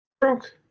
broke